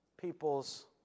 people's